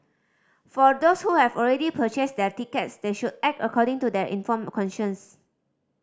for those who have already purchased their tickets they should act according to their informed conscience